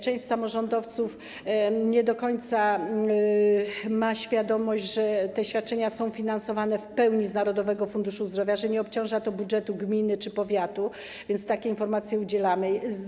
Część samorządowców nie do końca ma świadomość, że te świadczenia są w pełni finansowane z Narodowego Funduszu Zdrowia, że nie obciąża to budżetu gminy czy powiatu, więc takiej informacji udzielamy.